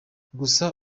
gusa